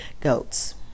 goats